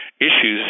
issues